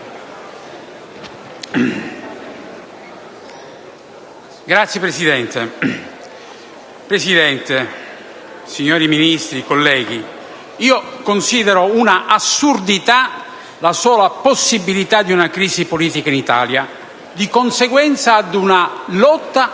Presidente, signori Ministri, colleghi, io considero un'assurdità la sola possibilità di una crisi politica in Italia di conseguenza ad una lotta